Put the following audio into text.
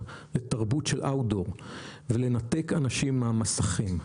לתרבות של outdoor ולנתק אותם מן המסכים.